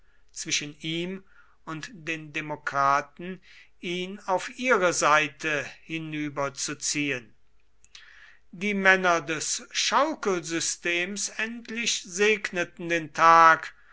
zwischen ihm und den demokraten ihn auf ihre seite hinüberzuziehen die männer des schaukelsystems endlich segneten den tag